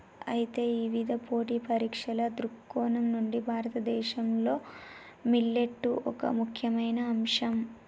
అయితే ఇవిధ పోటీ పరీక్షల దృక్కోణం నుండి భారతదేశంలో మిల్లెట్లు ఒక ముఖ్యమైన అంశం